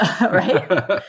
right